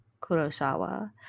Kurosawa